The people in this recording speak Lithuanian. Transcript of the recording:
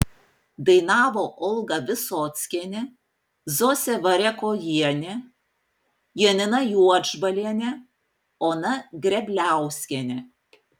dainavo olga visockienė zosė variakojienė janina juodžbalienė ona grebliauskienė